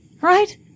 Right